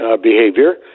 behavior